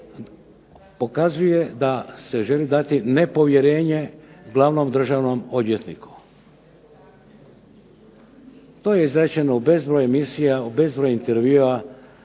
pokazuje da se želi dati nepovjerenje Glavnom državnom odvjetniku. To je izrečeno u bezbroj emisija, u bezbroj intervjua